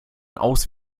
aus